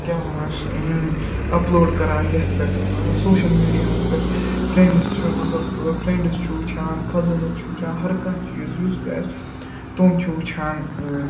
کیٛاہ وَنان چھِس یِم اَپ لوڈ کَران یَتھ پٮ۪ٹھ سوشَل میٖڈیاہَس پٮ۪ٹھ فرینٛڈٕس چھِ مطلب فرینٛڈٕس چھُ وُچھان کَزٕنٕز چھِ وُچھان ہر کانٛہہ چیٖز یُس تہِ اَسہِ تِم چھِ وُچھان